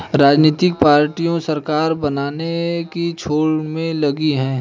राजनीतिक पार्टियां सरकार बनाने की होड़ में लगी हैं